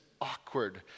awkward